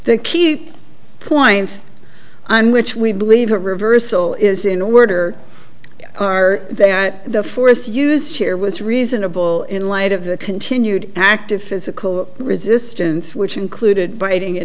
they key points on which we believe a reversal is in order are they on the force used here was reasonable in light of the continued active physical resistance which included biting a